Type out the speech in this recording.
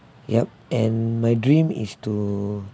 yup and my dream is to